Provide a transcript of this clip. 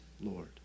Lord